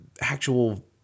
actual